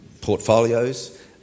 portfolios